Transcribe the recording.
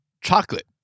chocolate